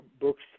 books